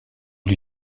lui